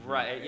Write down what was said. Right